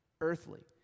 earthly